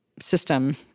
system